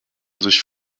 sich